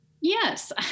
Yes